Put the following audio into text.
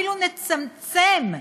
אפילו נצמצם,